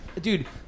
dude